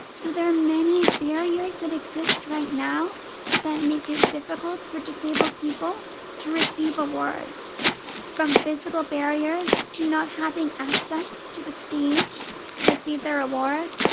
so, there are many barriers that exist right now that make it difficult for disabled people to receive awards from physical barriers to not having access to the stage to receive their award,